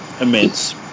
Immense